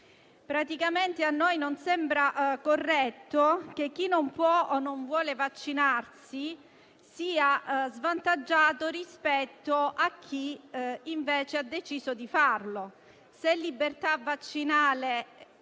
pass.* A noi non sembra corretto che chi non può o non vuole vaccinarsi sia svantaggiato rispetto a chi invece ha deciso di farlo.